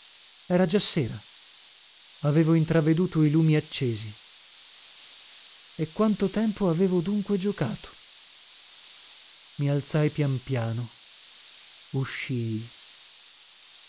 era già sera avevo intraveduto i lumi accesi e quanto tempo avevo dunque giocato i alzai pian piano uscii